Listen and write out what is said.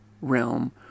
realm